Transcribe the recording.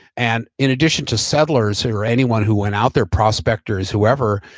and in addition to settlers who were anyone who went out there, prospectors, whoever,